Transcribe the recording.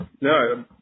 No